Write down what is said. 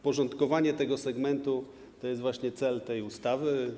Porządkowanie tego segmentu to jest właśnie cel tej ustawy.